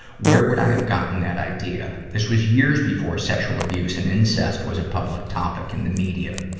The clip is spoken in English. where would i have gotten that idea? this was years before sexual abuse and incest was a public topic in the media.